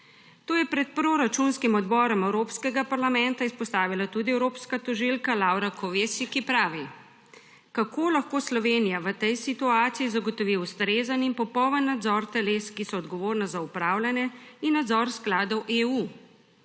To je pred proračunskim odborom Evropskega parlamenta izpostavila tudi evropska tožilka Laura Kövesi, ki pravi: »Kako lahko Slovenija v tej situaciji zagotovi ustrezen in popoln nadzor teles, ki so odgovorna za upravljanje in nadzor skladov EU.